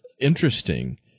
interesting